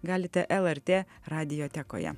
galite lrt radiotekoje